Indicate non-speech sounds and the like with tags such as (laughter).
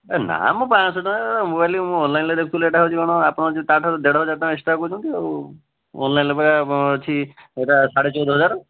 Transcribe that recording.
ନା ମ ପାଞ୍ଚ ଶହ ଟଙ୍କା (unintelligible) ମୋବାଇଲ୍ ମୁଁ ଅନଲାଇନ୍ରେ ଦେଖିଥିଲି ଏଇଟା ହେଉଛି କ'ଣ ଆପଣ ତା ଠାରୁ ଦେଢ଼ ହଜାର ଟଙ୍କା ଏକ୍ସଟ୍ରା କହୁଛନ୍ତି ଆଉ ଅନଲାଇନ୍ରେ ପରା ଆପଣଙ୍କ ଅଛି ଏଇଟା ସାଢ଼େ ଚଉଦ ହଜାର